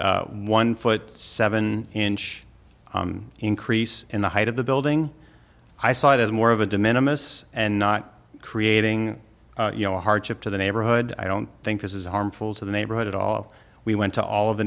one foot seven inch increase in the height of the building i saw it as more of a de minimus and not creating you know a hardship to the neighborhood i don't think this is harmful to the neighborhood at all we went to all of the